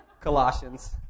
Colossians